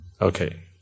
Okay